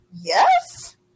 yes